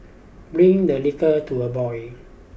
bring the liquor to a boil